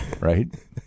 right